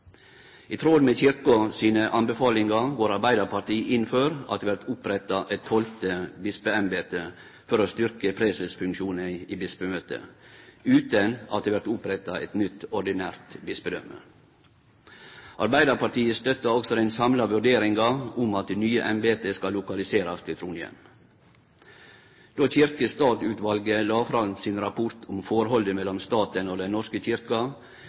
I tråd med Kyrkja sine anbefalingar går Arbeidarpartiet inn for at det vert oppretta eit tolvte bispeembete for å styrkje presesfunksjonen i Bispemøtet utan at det vert oppretta eit nytt ordinært bispedøme. Arbeidarpartiet støttar også den samla vurderinga om at det nye embetet skal lokaliserast til Trondheim. Då stat–kyrkje-utvalet la fram sin rapport om forholdet mellom staten og Den norske